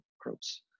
groups